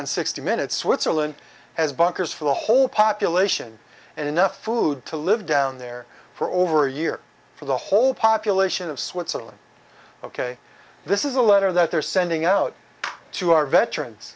on sixty minutes switzerland has bunkers for the whole population and enough food to live down there for over a year for the whole population of switzerland ok this is a letter that they're sending out to our veterans